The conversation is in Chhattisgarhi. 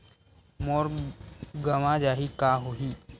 मोर गंवा जाहि का होही?